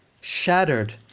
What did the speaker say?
shattered